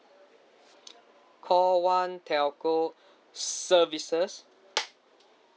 call one telco services